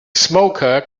smoker